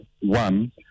One